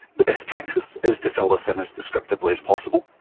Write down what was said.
the best practice is to fill this in as descriptively as possible.